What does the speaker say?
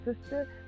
sister